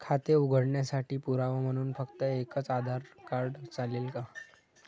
खाते उघडण्यासाठी पुरावा म्हणून फक्त एकच आधार कार्ड चालेल का?